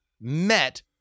met